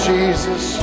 Jesus